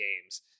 games